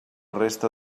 resta